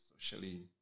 socially